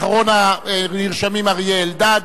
אחרון הנרשמים, אריה אלדד.